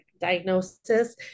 diagnosis